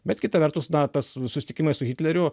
bet kita vertus na tas susitikimai su hitleriu